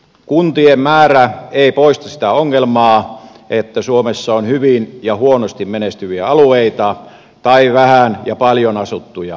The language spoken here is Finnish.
kuntien määrä ei poista sitä ongelmaa että suomessa on hyvin ja huonosti menestyviä alueita tai vähän ja paljon asuttuja alueita